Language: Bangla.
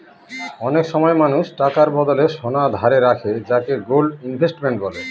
অনেক সময় মানুষ টাকার বদলে সোনা ধারে রাখে যাকে গোল্ড ইনভেস্টমেন্ট বলে